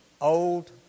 old